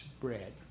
bread